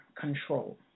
control